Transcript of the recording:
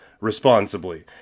responsibly